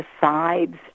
decides